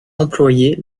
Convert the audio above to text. employés